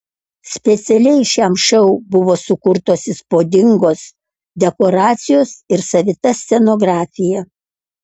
specialiai šiam šou buvo sukurtos įspūdingos dekoracijos ir savita scenografija